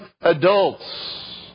adults